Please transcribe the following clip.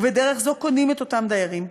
ובדרך זו "קונים" את אותם דיירים.